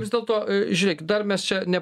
vis dėlto žiūrėkit dar mes čia ne